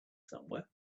somewhere